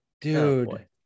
dude